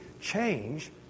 change